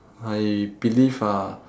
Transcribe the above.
I believe uh